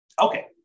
Okay